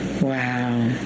Wow